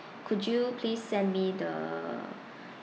could you please send me the